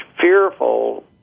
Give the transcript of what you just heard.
fearful